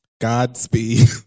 Godspeed